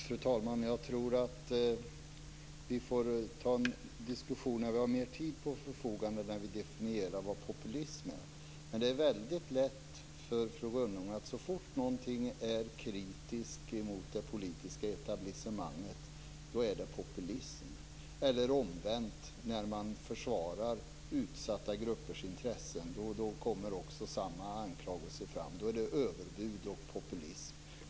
Fru talman! Jag tror att vi får ta en diskussion och definiera vad populism är när vi har mera tid till förfogande. Det är väldigt lätt för fru Rönnung att säga att det är populism så fort någon är kritisk mot det politiska etablissemanget. Omvänt kommer samma anklagelser om överbud och populism när man försvarar utsatta gruppers intressen.